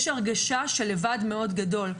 יש הרגשה של לבד מאוד גדולה.